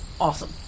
awesome